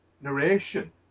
narration